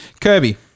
Kirby